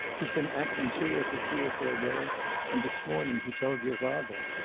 he's been acting queer for three or four days and this morning he told your father.